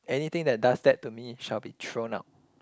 anything that does that to me shall be thrown out